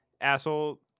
asshole